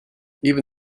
even